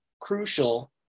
crucial